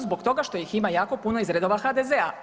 Zbog toga što ih ima jako puno iz redova HDZ-a.